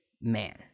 man